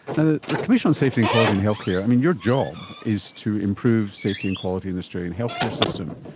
the the commission on safety and quality in health care, i mean your job is to improve safety and quality in the australian healthcare system.